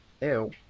Ew